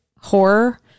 horror